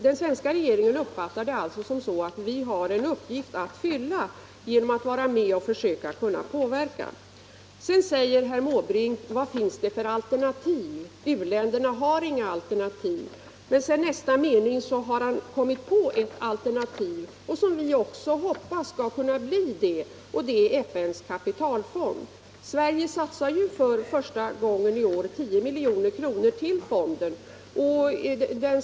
Den svenska regeringen uppfattar det som så att Sverige har en uppgift att fylla genom att vara med och försöka utöva påverkan. Sedan säger herr Måbrink: Vad finns det för alternativ; u-länderna har inga alternativ. Men i nästa mening har herr Måbrink kommit på ett alternativ — som vi också hoppas på — och det är FN:s kapitalfond. Sverige satsar ju första gången i år 10 milj.kr. till den fonden.